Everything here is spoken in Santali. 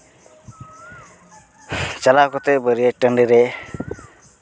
ᱪᱟᱞᱟᱣ ᱠᱟᱛᱮ ᱵᱟᱹᱨᱭᱟᱹᱛ ᱴᱟᱺᱰᱤ ᱨᱮ